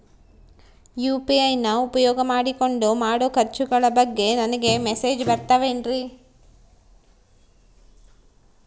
UPI ನ ಉಪಯೋಗ ಮಾಡಿಕೊಂಡು ಮಾಡೋ ಖರ್ಚುಗಳ ಬಗ್ಗೆ ನನಗೆ ಮೆಸೇಜ್ ಬರುತ್ತಾವೇನ್ರಿ?